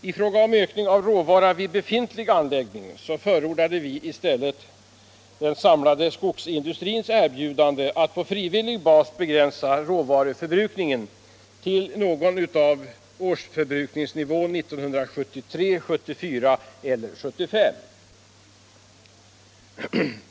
I fråga om ökning av råvara vid befintlig anläggning förordade vi i stället den samlade skogsindustrins erbjudande att på frivillig bas begränsa råvaruförbrukningen till någon av årsförbrukningsnivåerna 1973, 1974 eller 1975.